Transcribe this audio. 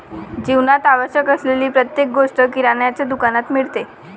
जीवनात आवश्यक असलेली प्रत्येक गोष्ट किराण्याच्या दुकानात मिळते